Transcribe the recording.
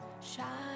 shine